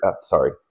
sorry